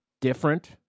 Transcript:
different